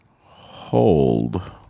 hold